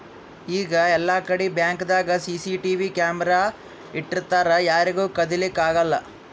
ಈಗ್ ಎಲ್ಲಾಕಡಿ ಬ್ಯಾಂಕ್ದಾಗ್ ಸಿಸಿಟಿವಿ ಕ್ಯಾಮರಾ ಇಟ್ಟಿರ್ತರ್ ಯಾರಿಗೂ ಕದಿಲಿಕ್ಕ್ ಆಗಲ್ಲ